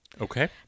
Okay